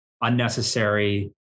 unnecessary